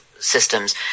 Systems